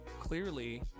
clearly